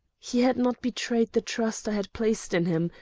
he had not betrayed the trust i had placed in him,